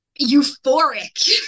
euphoric